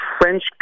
French